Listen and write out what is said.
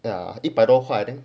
ya 一百多块 I think